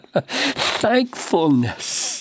Thankfulness